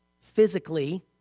physically